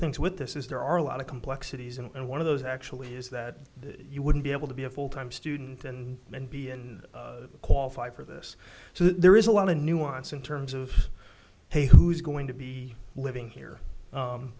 things with this is there are a lot of complexities and one of those actually is that you wouldn't be able to be a full time student and and be and qualify for this so there is a lot of nuance in terms of hey who's going to be living here